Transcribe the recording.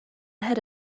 head